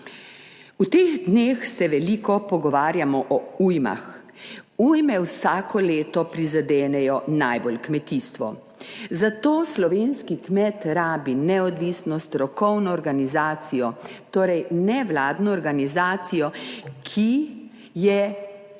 V teh dneh se veliko pogovarjamo o ujmah. Ujme vsako leto najbolj prizadenejo kmetijstvo, zato slovenski kmet rabi neodvisno strokovno organizacijo, torej nevladno organizacijo, ki je trden